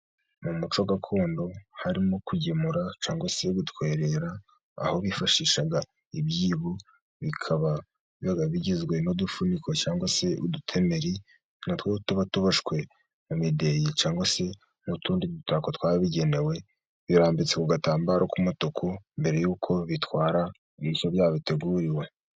Mu muco gakondo harimo kugemura cyangwa se gutwerera, aho bifashishaga ibyibo bikaba bigizwe n'udufuniko cyangwa se udutemeri, natwo tubatoboshwe mu mideyi cyangwa se n'utundi dutako twabugenewe birambitse ku gatambaro k'umutuku, mbere y'uko bitwara ibyabo biteguriwe.